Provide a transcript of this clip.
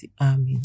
Amen